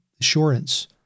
assurance